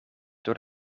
door